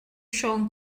siôn